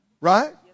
Right